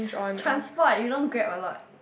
transport you don't Grab a lot